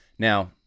Now